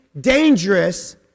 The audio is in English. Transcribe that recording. dangerous